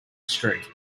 street